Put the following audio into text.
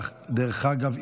דרך אגב,